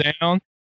down